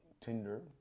Tinder